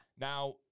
Now